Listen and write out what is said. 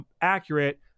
accurate